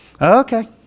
Okay